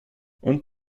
und